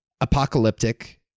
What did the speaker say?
apocalyptic